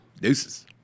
Deuces